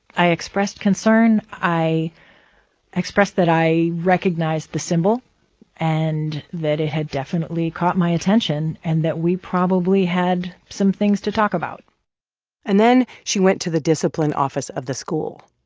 i expressed concern. i expressed that i recognized the symbol and that it had definitely caught my attention and that we probably had some things to talk about and then she went to the discipline office of the school.